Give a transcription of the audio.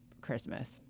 christmas